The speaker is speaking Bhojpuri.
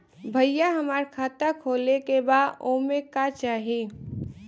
भईया हमार खाता खोले के बा ओमे का चाही?